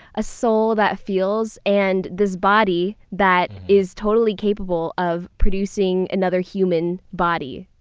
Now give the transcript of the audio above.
a soul that feels and this body that is totally capable of producing another human body?